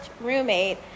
roommate